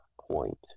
point